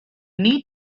need